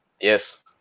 Yes